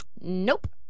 Nope